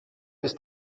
ist